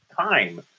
time